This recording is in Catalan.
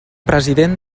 president